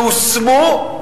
שהושמו,